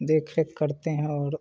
देख रेख करते हैं और